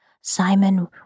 Simon